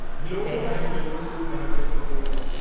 hello, and welcome to another episode of the